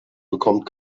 bekommt